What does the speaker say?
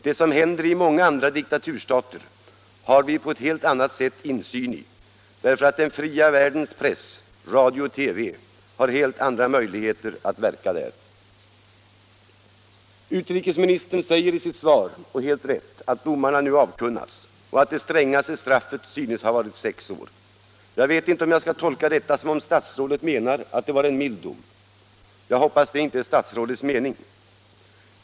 Det som händer i många andra diktaturstater har vi på ett helt annat sätt insyn i, därför att den fria världens press, radio och TV har helt andra möjligheter att verka där. Utrikesministern säger i sitt svar — och helt rätt — att domarna nu avkunnats och att det ”strängaste straffet synes ha varit sex års fängelse”. Jag vet inte om jag skall tolka detta som om statsrådet menar att det var en mild dom. Jag hoppas att detta inte är statsrådets mening.